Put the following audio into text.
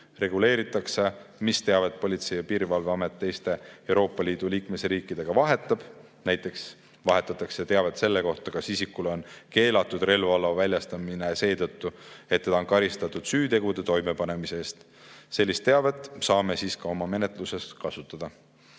Reguleeritakse, mis teavet Politsei‑ ja Piirivalveamet teiste Euroopa Liidu liikmesriikidega vahetab. Näiteks vahetatakse teavet selle kohta, kas isikule on keelatud relvaloa väljastamine seetõttu, et teda on karistatud süütegude toimepanemise eest. Sellist teavet saame siis ka oma menetluses kasutada.